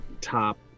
top